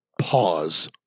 pause